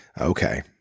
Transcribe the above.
okay